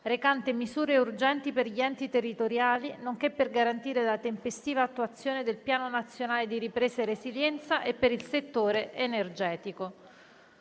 recante misure urgenti per gli enti territoriali, nonché per garantire la tempestiva attuazione del Piano nazionale di ripresa e resilienza e per il settore energetico»